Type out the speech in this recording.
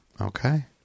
Okay